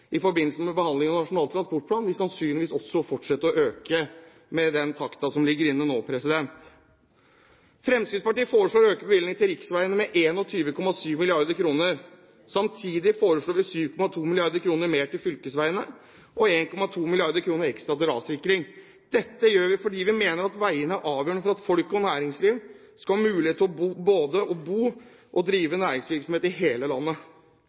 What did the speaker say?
i forbindelse med behandlingen av Nasjonal transportplan, vil sannsynligvis også fortsette å øke med den takten som nå ligger inne. Fremskrittspartiet foreslår å øke bevilgningene til riksveiene med 21,7 mrd. kr. Samtidig foreslår vi 7,2 mrd. kr mer til fylkesveiene og 1,2 mrd. kr ekstra til rassikring. Dette gjør vi fordi vi mener at veiene er avgjørende for at folk – og næringsliv – skal ha mulighet til både å bo og drive næringsvirksomhet i hele landet.